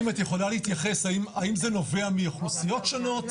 גם אם את יכולה להתייחס האם זה נובע מאוכלוסיות שונות,